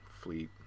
fleet